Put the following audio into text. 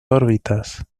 órbitas